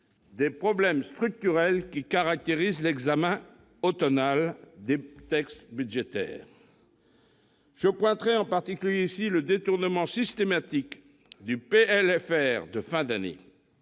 des problèmes structurels qui caractérisent l'examen automnal des textes budgétaires. Je voudrais en particulier pointer le détournement systématique du PLFR de fin d'année.